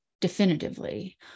definitively